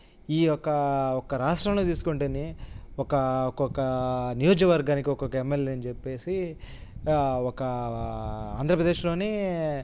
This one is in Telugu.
ఈ యొక్క ఒక రాష్ట్రంలో తీసుకుంటే ఒక ఒక్కొక్క నియోజ వర్గానికి ఒక్కొక్క ఎమ్ఎల్ఏ అని చెప్పి ఒక ఆంధ్రప్రదేశ్లో